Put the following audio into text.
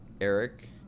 Eric